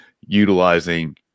utilizing